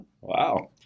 Wow